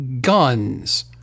guns